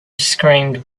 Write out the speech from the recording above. screamed